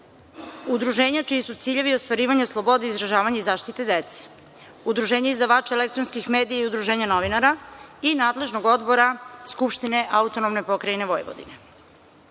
udruženja čiji su ciljevi ostvarivanje slobode izražavanja i zaštite dece, udruženja izdavača elektronskih medija i udruženja novinara i nadležnog odbora Skupštine AP Vojvodine. Na